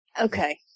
Okay